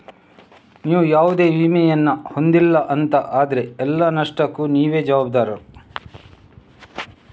ನೀವು ಯಾವುದೇ ವಿಮೆಯನ್ನ ಹೊಂದಿಲ್ಲ ಅಂತ ಆದ್ರೆ ಎಲ್ಲ ನಷ್ಟಕ್ಕೂ ನೀವೇ ಜವಾಬ್ದಾರಿ